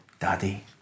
daddy